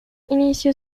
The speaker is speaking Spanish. inició